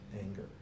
anger